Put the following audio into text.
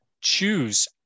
choose